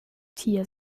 tier